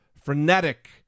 frenetic